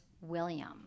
William